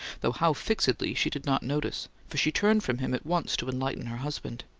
though how fixedly she did not notice for she turned from him at once to enlighten her husband.